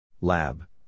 Lab